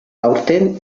aurten